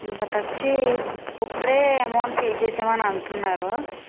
but వచ్చి ఇప్పుడే amount pay చేశామని అంటున్నారు